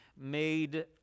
made